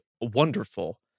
wonderful